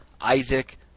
Isaac